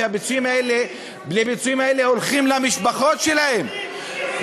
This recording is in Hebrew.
והפיצויים האלה הולכים למשפחות שלהם,